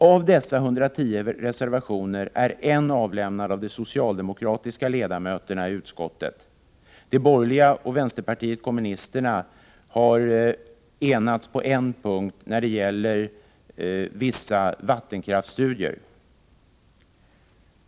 Av dessa 110 reservationer är en avlämnad av de socialdemokratiska ledamöterna i utskottet — de borgerliga och vänsterpartiet kommunisterna har enats på en punkt, beträffande vissa vattenkraftsstudier.